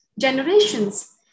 generations